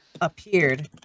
Appeared